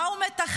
מה הוא מתכנן,